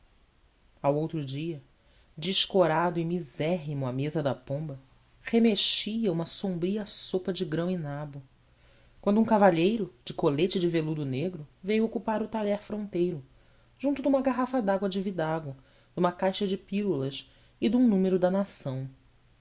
ao outro dia descorado e misérrimo à mesa da pomba remexia uma sombria sopa de grão e nabo quando um cavalheiro de colete de veludo negro veio ocupar o talher fronteiro junto de uma garrafa de água de vidago de uma caixa de pílulas e de um número da nação